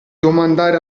domandare